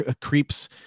creeps